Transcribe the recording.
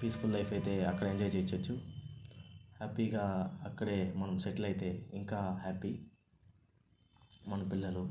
peaceful life అయితే అక్కడ enjoy చేయవచ్చు హ్యాపీగా అక్కడే మనం సెటిల్ అయితే ఇంకా హ్యాపీ మన పిల్లలు